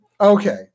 okay